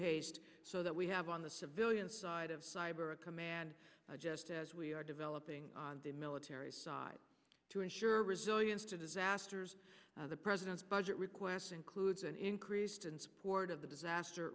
haste so that we have on the civilian side of cyber command just as we are developing the military side to ensure resilience to those asters the president's budget request includes an increased in support of the disaster